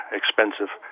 expensive